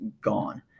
gone